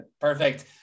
Perfect